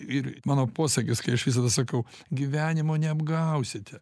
ir mano posakis kai aš visada sakau gyvenimo neapgausite